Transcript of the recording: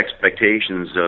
expectations